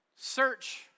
search